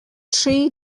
tri